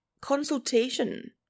consultation